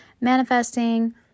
manifesting